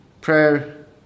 Prayer